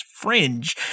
fringe